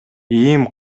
иим